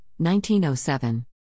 1907